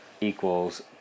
equals